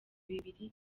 bibiri